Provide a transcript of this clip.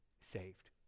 saved